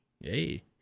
Yay